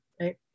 right